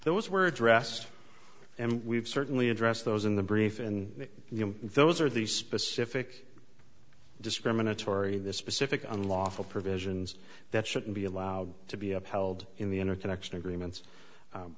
those were addressed and we've certainly addressed those in the brief and those are the specific discriminatory the specific unlawful provisions that shouldn't be allowed to be upheld in the interconnection agreements